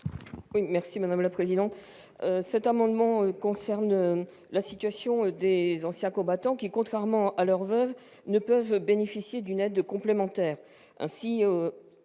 Mme Corinne Féret. Cet amendement concerne la situation des anciens combattants qui, contrairement à leurs veuves, ne peuvent bénéficier d'une aide complémentaire,